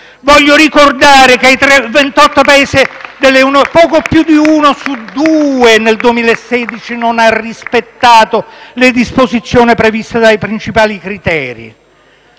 voglio ricordare che tra i 28 Paesi dell'Unione europea, poco più di uno su due nel 2016 non ha rispettato le disposizioni previste dai principali criteri.